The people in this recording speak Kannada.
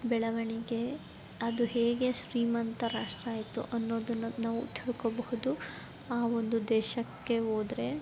ಬೆಳವಣಿಗೆ ಅದು ಹೇಗೆ ಶ್ರೀಮಂತ ರಾಷ್ಟ್ರ ಆಯಿತು ಅನ್ನೋದನ್ನು ನಾವು ತಿಳ್ಕೊಳ್ಬಹುದು ಆ ಒಂದು ದೇಶಕ್ಕೆ ಹೋದರೆ